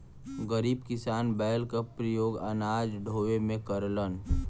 गरीब किसान बैल क परियोग अनाज ढोवे में करलन